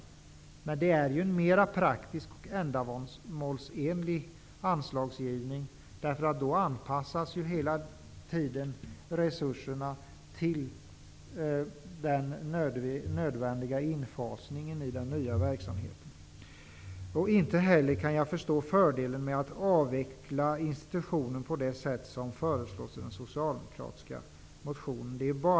Tusenkronorsanslaget är en mer praktisk och ändamålsenlig anslagsgivning, därför att då anpassas hela tiden resurserna till den nödvändiga infasningen i den nya verksamheten. Inte heller kan jag förstå fördelen med att avveckla institutionen på det sätt som föreslås i den socialdemokratiska motionen.